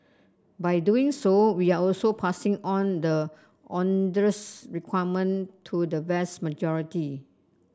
by doing so we are also passing on the onerous requirement to the vast majority